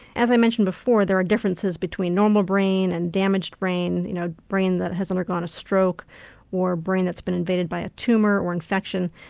as i mentioned before there are differences between normal brain and damaged brain. you know, a brain that has undergone a stroke or brain that's been invaded by a tumour, or infection,